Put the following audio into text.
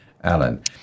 Alan